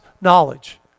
knowledge